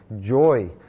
Joy